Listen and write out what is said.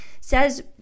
says